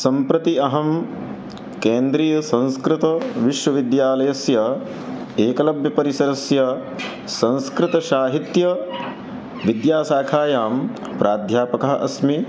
सम्प्रति अहं केन्द्रीयसंस्कृतविश्वविद्यालयस्य एकलव्यपरिसरस्य संस्कृतसाहित्य विद्याशाखायां प्राध्यापकः अस्मि